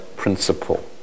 principle